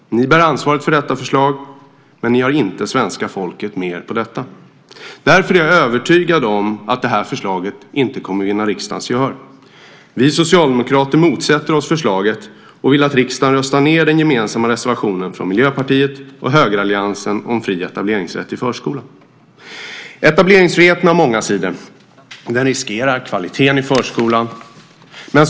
Ni bär ansvaret för detta förslag, men ni har inte svenska folket med er på det. Jag är därför övertygad om att det här förslaget inte kommer att vinna riksdagens gehör. Vi socialdemokrater motsätter oss förslaget och vill att riksdagen röstar ned den gemensamma reservationen från Miljöpartiet och högeralliansen om fri etableringsrätt i förskolan. Etableringsfriheten har många sidor. Den riskerar kvaliteten i förskolan.